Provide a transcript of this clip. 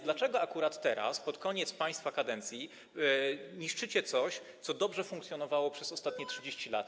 Dlaczego akurat teraz, pod koniec państwa kadencji, niszczycie coś, co dobrze funkcjonowało przez ostatnie 30 lat?